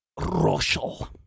Russell